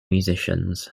musicians